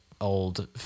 old